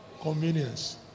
Convenience